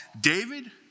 David